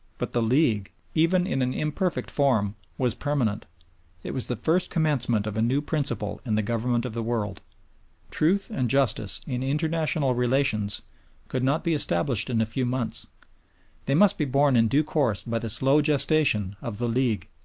but the league, even in an imperfect form, was permanent it was the first commencement of a new principle in the government of the world truth and justice in international relations could not be established in a few months they must be born in due course by the slow gestation of the league.